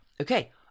Okay